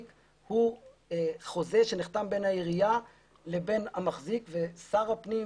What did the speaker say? הוא חוזה שנחתם בין העירייה לבין המחזיק ושר הפנים,